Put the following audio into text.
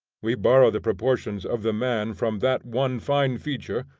we borrow the proportions of the man from that one fine feature,